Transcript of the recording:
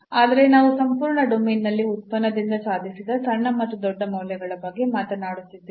ಆದರೆ ನಾವು ಸಂಪೂರ್ಣ ಡೊಮೇನ್ನಲ್ಲಿ ಉತ್ಪನ್ನದಿಂದ ಸಾಧಿಸಿದ ಸಣ್ಣ ಮತ್ತು ದೊಡ್ಡ ಮೌಲ್ಯಗಳ ಬಗ್ಗೆ ಮಾತನಾಡುತ್ತಿದ್ದೇವೆ